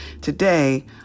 today